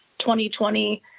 2020